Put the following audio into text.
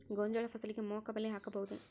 ಗೋಂಜಾಳ ಫಸಲಿಗೆ ಮೋಹಕ ಬಲೆ ಹಾಕಬಹುದೇ?